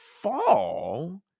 fall